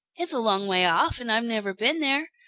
it's a long way off and i've never been there,